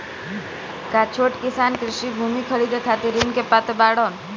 का छोट किसान कृषि भूमि खरीदे खातिर ऋण के पात्र बाडन?